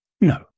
No